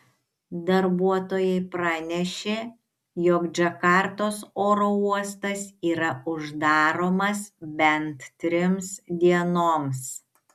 darbuotojai pranešė jog džakartos oro uostas yra uždaromas bent trims dienoms